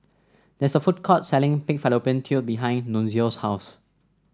there is a food court selling Pig Fallopian Tube behind Nunzio's house